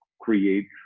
create